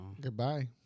Goodbye